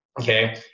okay